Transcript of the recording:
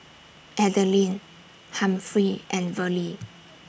Adelyn Humphrey and Verlie